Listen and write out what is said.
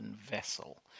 vessel